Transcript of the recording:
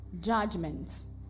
judgments